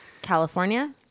California